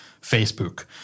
facebook